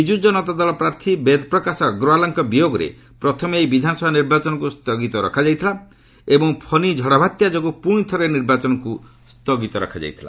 ବିଜୁ ଜନତା ଦଳ ପ୍ରାର୍ଥ ବେଦପ୍ରକାଶ ଅଗ୍ରୱାଲ୍ଙ୍କ ବିୟୋଗରେ ପ୍ରଥମେ ଏହି ବିଧାନସଭା ନିର୍ବାଚନକୁ ସ୍ଥଗିତ ରଖାଯାଇଥିଲା ଏବଂ ଫନି ଝଡ଼ବାତ୍ୟା ଯୋଗୁଁ ପୁଣି ଥରେ ନିର୍ବାଚନକୁ ସ୍ଥଗିତ ରଖାଯାଇଥିଲା